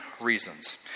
reasons